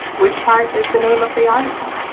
which part is the name of the article?